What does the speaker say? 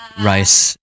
rice